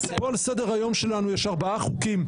בכל סדר-היום שלנו יש ארבעה חוקים,